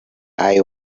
eye